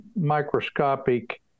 microscopic